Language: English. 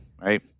Right